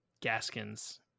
Gaskins